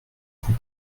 vous